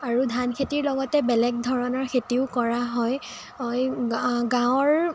আৰু ধানখেতিৰ লগতে বেলেগ ধৰণৰ খেতিও কৰা হয় হয় গ গাঁৱৰ